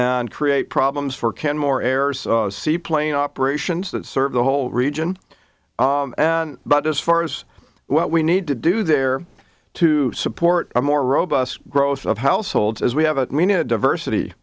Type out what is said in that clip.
and create problems for kenmore errors seaplane operations that serve the whole region but as far as what we need to do there to support a more robust growth of households as we have it meaning a diversity